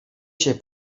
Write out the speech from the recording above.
się